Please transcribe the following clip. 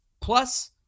Plus